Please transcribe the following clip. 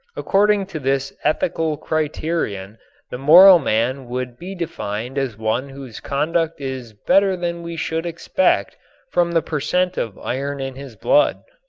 according to this ethical criterion the moral man would be defined as one whose conduct is better than we should expect from the per cent. of iron in his blood.